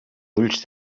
ulls